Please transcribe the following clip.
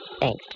Thanks